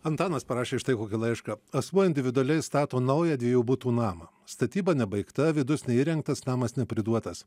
antanas parašė štai kokį laišką asmuo individualiai stato naują dviejų butų namą statyba nebaigta vidus neįrengtas namas nepriduotas